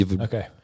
Okay